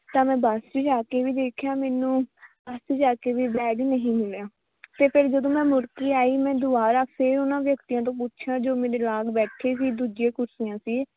ਤਾਂ ਮੈਂ ਬੱਸ 'ਚ ਜਾਕੇ ਵੀ ਦੇਖਿਆ ਮੈਨੂੰ ਬੱਸ 'ਚ ਜਾਕੇ ਵੀ ਬੈਗ ਨਹੀ ਮਿਲਿਆ ਅਤੇ ਫਿਰ ਜਦੋਂ ਮੈਂ ਮੁੜ ਕੇ ਆਈ ਮੈਂ ਦੁਬਾਰਾ ਫਿਰ ਉਹਨਾਂ ਵਿਅਕਤੀਆਂ ਤੋਂ ਪੁੱਛਿਆ ਜੋ ਮੇਰੇ ਲਾਗ ਬੈਠੇ ਸੀ ਦੂਜੀਆਂ ਕੁਰਸੀਆਂ ਸੀ